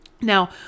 Now